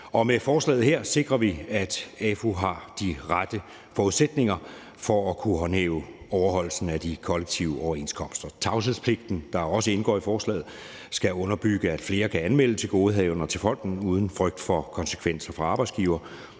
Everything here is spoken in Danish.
med forslaget her sikrer vi, at AFU har de rette forudsætninger for at kunne håndhæve overholdelsen af de kollektive overenskomster. Tavshedspligten, der også indgår i forslaget, skal underbygge, at flere kan anmelde tilgodehavender til fonden uden frygt for konsekvenser fra arbejdsgiver.